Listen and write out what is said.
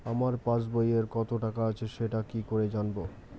আমার পাসবইয়ে কত টাকা আছে সেটা কি করে জানবো?